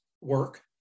work